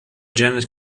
janet